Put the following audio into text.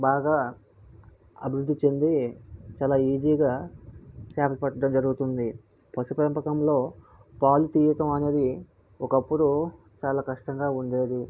బాగా అబివృద్ధి చెంది చాల ఈజీగా చేపలుపట్టడం జరుగుతుంది పశుపెంపకంలో పాలుతీయటం అనేది ఒకప్పుడు చాలా కష్టంగా ఉండేది